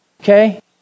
Okay